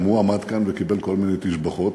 גם הוא עמד כאן וקיבל כל מיני תשבחות,